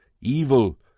evil